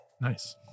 Nice